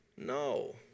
No